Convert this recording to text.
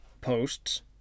posts